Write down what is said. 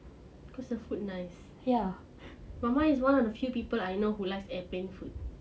cause the food nice mama is one of the few people I know who likes aeroplane food